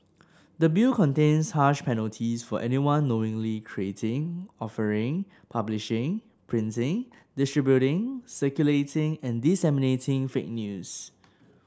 the Bill contains harsh penalties for anyone knowingly creating offering publishing printing distributing circulating and disseminating fake news